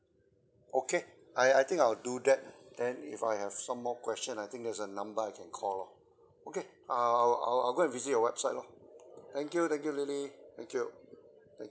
okay I I think I'll do that then if I have some more question I think there's a number I can call lor okay I'll I'll I'll go and visit your website lor thank you than you lily thank you